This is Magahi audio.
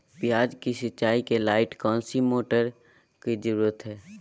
प्याज की सिंचाई के लाइट कौन सी मोटर की जरूरत है?